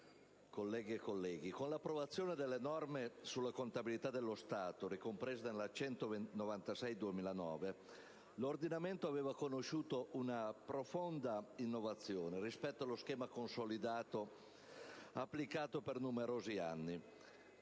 colleghe e colleghi, con l'approvazione delle norme sulla contabilità dello Stato ricomprese nella legge n. 196 del 2009, l'ordinamento aveva conosciuto una profonda innovazione rispetto allo schema consolidato applicato per numerosi anni